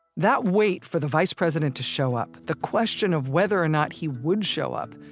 that wait for the vice president to show up, the question of whether or not he would show up,